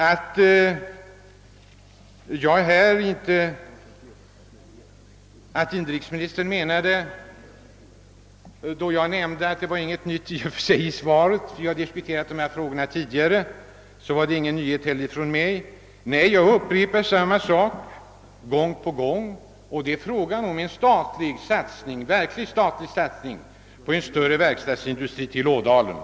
Med anledning av att jag framhållit att svaret inte innehöll något nytt sade inrikesministern att inte heller jag hade presenterat några nyheter. Nej, vi har ju diskuterat dessa frågor tidigare. Jag upprepar samma sak gång på gång: det behövs en verklig statlig satsning på en större verkstadsindustri i Ådalen.